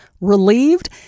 relieved